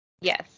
Yes